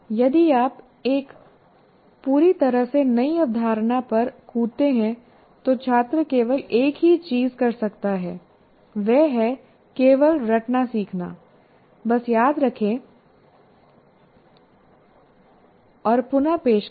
यदि आप एक पूरी तरह से नई अवधारणा पर कूदते हैं तो छात्र केवल एक ही चीज कर सकता है वह है केवल रटना सीखना बस याद रखें और पुन पेश करें